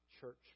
church